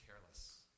careless